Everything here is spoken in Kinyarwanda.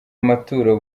amaturo